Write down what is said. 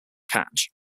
catch